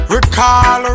Recall